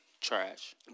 trash